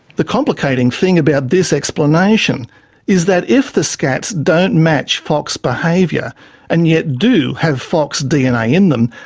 the complicating thing about this explanation is that if the scats don't match fox behaviour and yet do have fox dna in them,